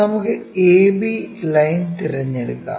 നമുക്ക് AB line തിരഞ്ഞെടുക്കാം